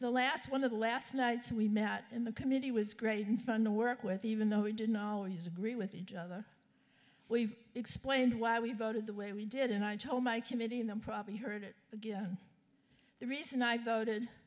the last one of the last nights we met in the committee was great fun to work with even though we didn't always agree with each other we've explained why we voted the way we did and i told my committee and i'm probably heard again the reason i voted